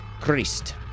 Christ